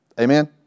Amen